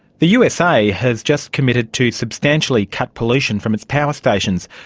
the usa has just committed to substantially cut pollution from its power stations.